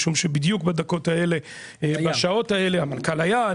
משום שבדיוק בדקות האלה בשעות האלה המנכ"ל היה,